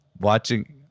watching